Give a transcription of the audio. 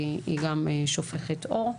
כי היא גם שופכת אור.